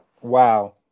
Wow